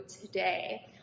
today